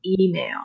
email